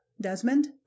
Desmond